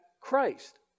Christ